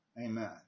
Amen